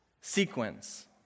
sequence